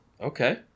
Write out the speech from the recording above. Okay